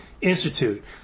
Institute